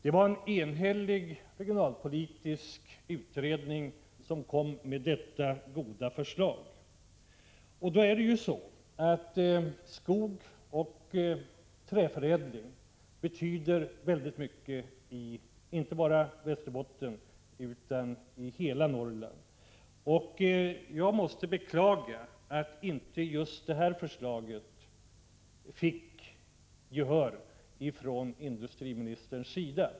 En enhällig regionalpolitisk utredning kom med detta goda förslag. Skog och träförädling betyder ju väldigt mycket, inte bara i Västerbotten utan i hela Norrland. Jag måste säga att jag beklagar att inte just det här förslaget vann industriministerns gehör.